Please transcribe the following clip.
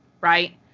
Right